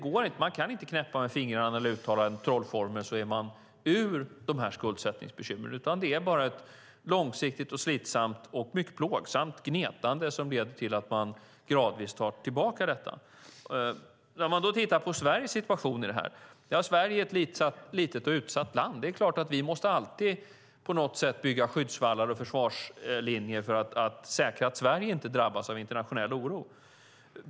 Man kan inte knäppa med fingrarna eller uttala en trollformel och så är man ur skuldsättningsbekymren, utan det är ett långsiktigt, slitsamt och mycket plågsamt gnetande som leder till att man gradvis tar tillbaka detta. När det gäller Sveriges situation i detta är Sverige ett litet och utsatt land. Det är klart att vi alltid måste bygga skyddsvallar och försvarslinjer för att säkra att Sverige inte drabbas av internationell oro.